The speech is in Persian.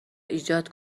ایجاد